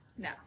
no